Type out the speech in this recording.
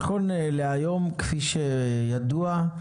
נכון להיום, כפי שידוע,